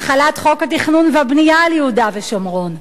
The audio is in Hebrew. החלת חוק התכנון והבנייה על יהודה ושומרון,